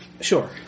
Sure